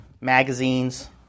magazines